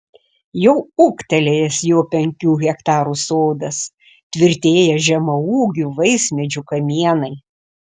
jau ūgtelėjęs jo penkių hektarų sodas tvirtėja žemaūgių vaismedžių kamienai